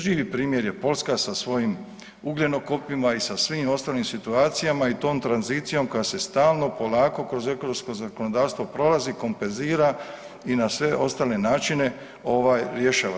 Živi primjer je Poljska sa svojim ugljenokopima i sa svim ostalim situacijama i tom tranzicijom koja se stalno polako kroz … [[Govornik se ne razumije]] zakonodavstvo prolazi, kompenzira i na sve ostale načine ovaj rješava.